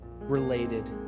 related